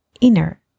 inner